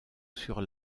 sur